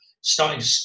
starting